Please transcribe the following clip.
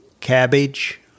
cabbage